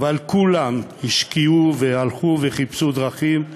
כולם השקיעו והלכו וחיפשו דרכים,